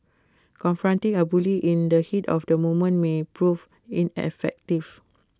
confronting A bully in the heat of the moment may prove ineffective